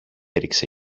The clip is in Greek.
έριξε